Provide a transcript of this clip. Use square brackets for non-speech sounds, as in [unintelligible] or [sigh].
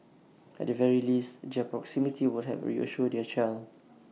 at the very least [unintelligible] proximity would help reassure their child